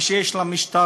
מי שיש למשטרה,